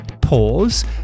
pause